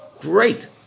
Great